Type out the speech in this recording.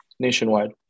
nationwide